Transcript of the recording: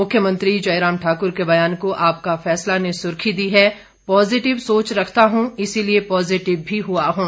मुख्यमंत्री जयराम ठाकुर के बयान को आपका फैसला ने सुर्खी दी है पॉजिटिव सोच रखता हूं इसलिये पॉजिटिव भी हुआ हूं